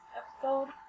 episode